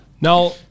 Now